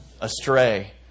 Astray